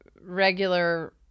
regular